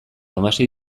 hamasei